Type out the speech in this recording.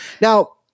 Now